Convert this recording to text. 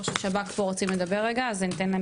שב"כ פה רוצים לדבר רגע אז אני אתן להם